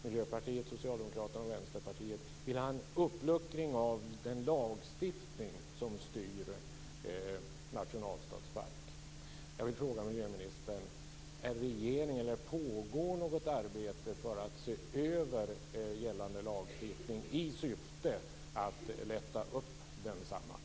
Miljöpartiet, Socialdemokraterna och Vänsterpartiet vill ha en uppluckring av den lagstiftning som styr nationalstadspark.